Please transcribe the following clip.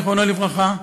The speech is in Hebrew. זיכרונו לברכה,